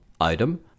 Item